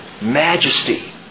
Majesty